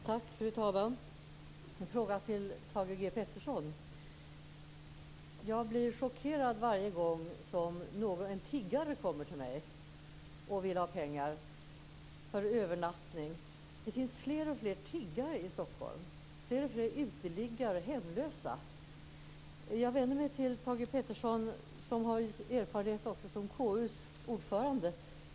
Fru talman! Jag har en fråga till Thage G Peterson. Jag blir chockerad varje gång en tiggare kommer till mig och vill ha pengar till övernattning. Det finns fler och fler tiggare i Stockholm, fler och fler uteliggare och hemlösa. Jag vänder mig till Thage G Peterson, som även har erfarenhet som KU:s ordförande.